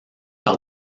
par